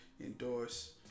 endorse